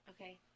Okay